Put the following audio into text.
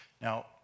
Now